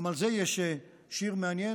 גם על זה יש שיר מעניין.